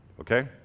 okay